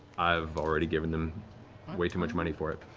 i've already given them way too much money for it.